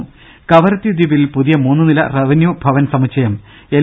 ദരദ കവരത്തി ദ്വീപിൽ പുതിയ മൂന്നുനില റവന്യൂ ഭവൻ സമുച്ചയം എൽ